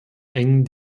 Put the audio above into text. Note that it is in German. engen